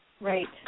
Right